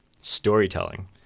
Storytelling